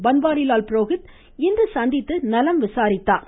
பன்வாரிலால் புரோஹித் இன்று சந்தித்து நலம் விசாரித்தார்